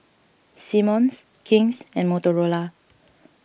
Simmons King's and Motorola